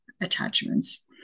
attachments